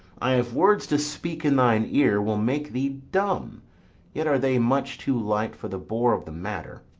i have words to speak in thine ear will make thee dumb yet are they much too light for the bore of the matter.